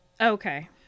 Okay